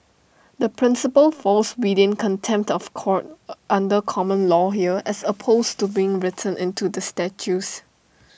the principle falls within contempt of court under common law here as opposed to being written into the statutes